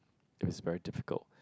if it's very difficult